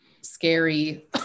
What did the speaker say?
scary